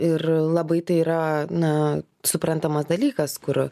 ir labai tai yra na suprantamas dalykas kur